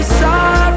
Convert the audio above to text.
sorry